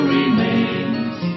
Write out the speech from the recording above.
remains